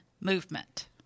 Movement